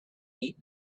eat